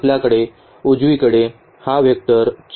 आपल्याकडे उजवीकडे हा वेक्टर आहे